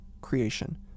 creation